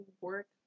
work